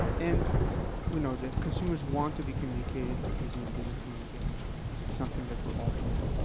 and we know that consumers want to be communicated using digital communication channels. this is something that we're all hearing.